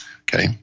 Okay